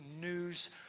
news